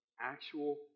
actual